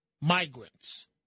migrants